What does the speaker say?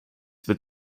with